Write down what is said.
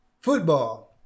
football